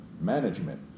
management